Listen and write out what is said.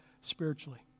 spiritually